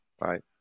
Right